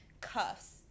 cuffs